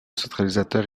centralisateur